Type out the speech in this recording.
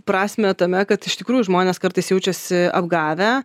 prasmę tame kad iš tikrųjų žmonės kartais jaučiasi apgavę